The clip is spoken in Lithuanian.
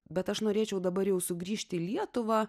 bet aš norėčiau dabar jau sugrįžti į lietuvą